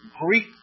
Greek